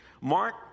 Mark